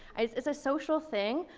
i it's a social thing.